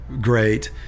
great